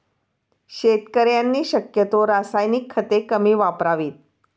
शेतकऱ्यांनी शक्यतो रासायनिक खते कमी वापरावीत